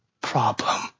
problem